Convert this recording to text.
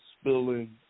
spilling